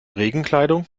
regenkleidung